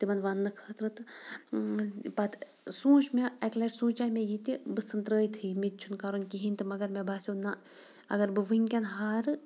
تِمَن وَننہٕ خٲطرٕ تہٕ پَتہٕ سوٗنٛچ مےٚ اَکہِ لَٹہِ سوٗنٛچے مےٚ یہِ تہِ بہٕ ژھٕنہٕ ترٛٲیتھٕے مےٚ تہِ چھُںہٕ کَرُن کِہیٖنی تہٕ مگر مےٚ باسیو نہ اگر بہٕ ؤنۍکٮ۪ن ہارٕ